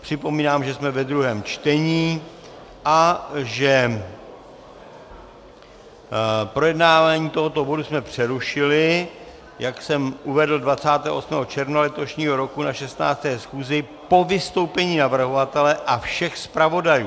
Připomínám, že jsme ve druhém čtení a že projednávání tohoto bodu jsme přerušili, jak jsem uvedl, 28. června letošního roku na 16. schůzi po vystoupení navrhovatele a všech zpravodajů.